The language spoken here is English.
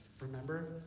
Remember